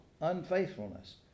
unfaithfulness